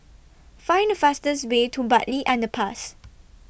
Find The fastest Way to Bartley Underpass